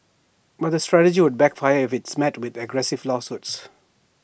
but the strategy could backfire if it's met with aggressive lawsuits